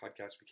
podcast